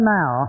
now